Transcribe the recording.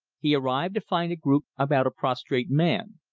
he arrived to find a group about a prostrate man.